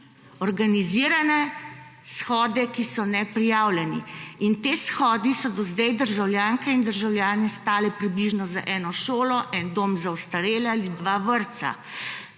organizirane shode, ki so neprijavljeni. In ti shodi so do zdaj državljanke in državljane stali približno za eno šolo, en dom za ostarele ali 2 vrtca.